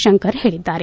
ಶಂಕರ್ ಹೇಳದ್ದಾರೆ